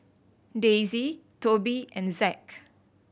Daisy Tobi and Zack